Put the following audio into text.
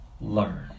learn